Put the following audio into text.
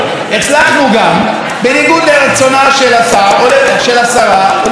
בניגוד לרצונה של השרה או לפחות על פי